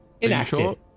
Inactive